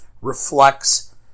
reflects